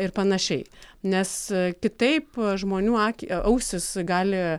ir panašiai nes kitaip žmonių aki ausys gali